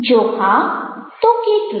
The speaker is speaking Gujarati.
જો હા તો કેટલું